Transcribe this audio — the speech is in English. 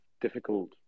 difficult